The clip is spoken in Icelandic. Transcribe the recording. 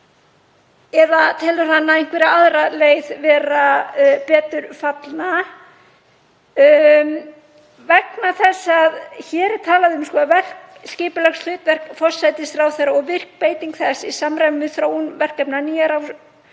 eða telur hann einhverja aðra leið vera betur fallna til þess? Vegna þess að hér er talað um að verkskipulagshlutverk forsætisráðherra og virk beiting þess í samræmi við þróun verkefna, nýjar